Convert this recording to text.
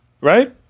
right